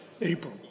April